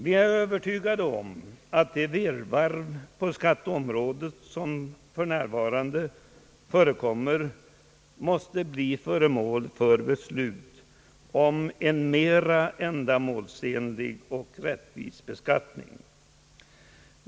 Vi är övertygade om att det virrvarr på skatteområdet som för närvarande förekommer måste bli föremål för beslut om en mera ändamålsenlig och rättvis beskattning.